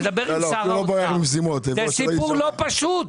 אני אדבר עם שר האוצר כי הסיפור לא פשוט.